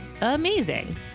amazing